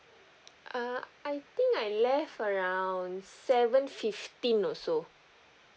err I think I left around seven fifteen or so